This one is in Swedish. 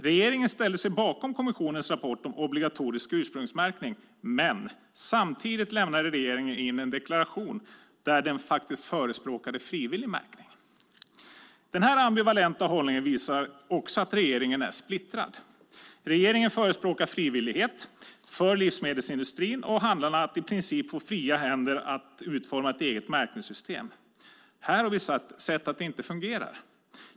Regeringen ställde sig bakom kommissionens rapport om obligatorisk ursprungsmärkning, men samtidigt lämnade regeringen in en deklaration där den faktiskt förespråkade frivillig märkning. Den här ambivalenta hållningen visar också att regeringen är splittrad. Regeringen förespråkar frivillighet för livsmedelsindustrin och att handlarna i princip få fria händer att utforma ett eget märkningssystem. Här har vi sett att det inte fungerar.